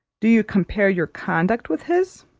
do you compare your conduct with his?